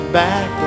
back